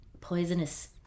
poisonous